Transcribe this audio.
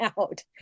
out